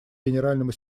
генеральному